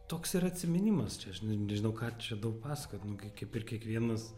toks ir atsiminimas čia aš nežinau ką čia daug pasakot nu gi kaip ir kiekvienas